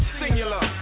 singular